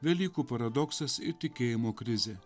velykų paradoksas ir tikėjimo krizė